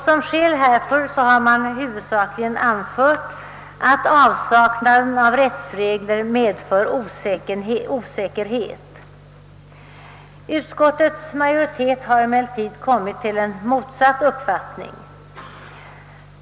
Som skäl härför har man huvudsakligen anfört, att avsaknaden av rättsregler medför osäkerhet. Utskottets majoritet har emeller tid kommit till motsatt uppfattning.